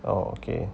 oh okay